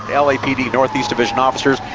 lapd north-east division officers,